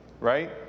right